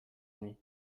nuit